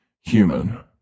human